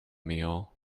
meal